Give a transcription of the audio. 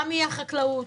גם מהחקלאות